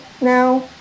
now